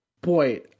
Boy